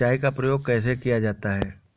सिंचाई का प्रयोग कैसे किया जाता है?